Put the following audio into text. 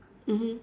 mmhmm